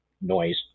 noise